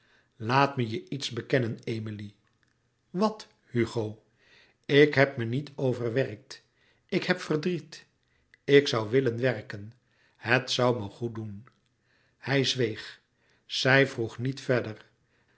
laat me je iets bekennen emilie wat hugo ik heb me niet overwerkt ik heb verdriet ik zoû willen werken het zoû me goed doen hij zweeg zij vroeg niet verder